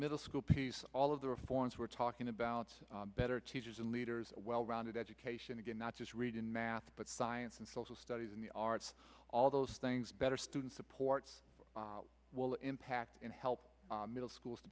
middle school piece all of the reforms we're talking about better teachers and leaders a well rounded education again not just read in math but science and social studies and the arts all those things better student supports will impact and help middle schools to